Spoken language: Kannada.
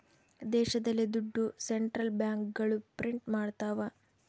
ದೇಶದಲ್ಲಿ ದುಡ್ಡು ಸೆಂಟ್ರಲ್ ಬ್ಯಾಂಕ್ಗಳು ಪ್ರಿಂಟ್ ಮಾಡ್ತವ